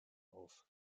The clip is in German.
auf